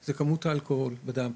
זה כמות האלכוהול בדם.